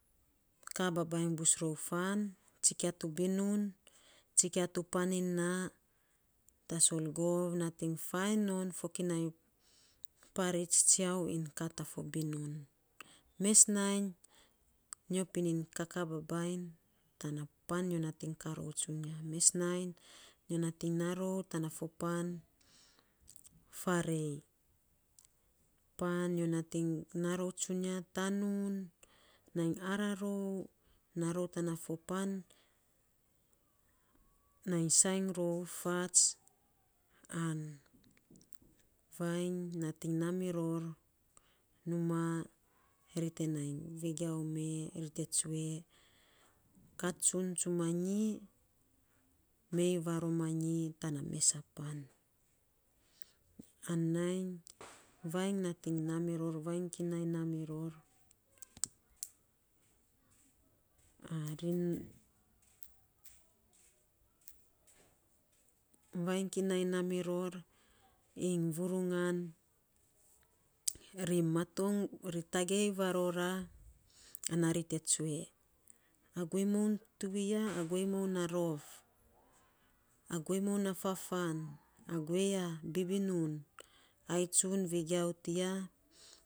Kakaa babainy bus ror fan, tsikia tu pan iny naa, tsikia tu binun tasol gov natiny faan non fokinai parits tsiau iny kat fo binun, mes nainy nyo pining kakaa babainy tana pan, nyo nating kakaa rou tsunia. Mes nainy nyo nating naa rou tan fo pan, faarei pan nyo nating naa rou tsunia tanuun ngi araa rou, naa rou tana fo pan, nai sainy rou fats an vainy natiny naa miror numaa ri te nai vegiau mee, ri te tsue, kat tsun tsumanyi mei varomanyi tana mes a pan, an nainy vainy natiny naa miror vainy kinai naa miror a ri vainy kinai naa miror iny vurungan ri maton ri tagei varora ana ri te tsue a guei moun tuwiya a guei moun a rof, a guei moun a fafaan a guei a bibinun, ai tsun vegiau tiya.